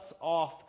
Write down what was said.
off